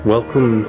Welcome